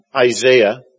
Isaiah